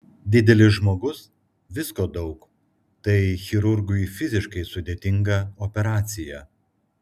didelis žmogus visko daug tai chirurgui fiziškai sudėtinga operacija